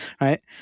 right